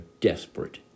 desperate